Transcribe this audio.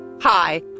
Hi